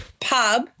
pub